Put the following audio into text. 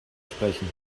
sprechen